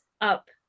up